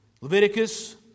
Leviticus